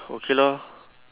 okay lor